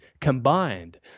combined